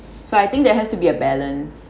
so I think there has to be a balance